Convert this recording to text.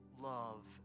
love